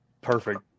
Perfect